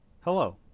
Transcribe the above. Hello